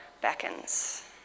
beckons